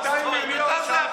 בוא אני אגלה לך סוד: